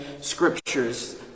scriptures